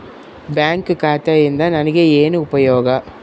Bank ಖಾತೆಯಿಂದ ನನಗೆ ಏನು ಉಪಯೋಗ?